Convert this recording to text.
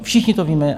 Všichni to víme.